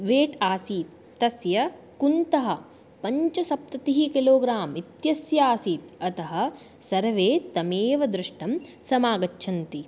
weight आसीत् तस्य कुन्तः पञ्चसप्ततिः किलो ग्राम् इत्यस्यासीत् अतः सर्वे तमेव द्रष्टुं समागच्छन्ति